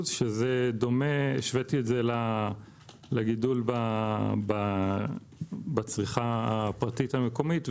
השוויתי את זה לגידול בצריכה הפרטית המקומית,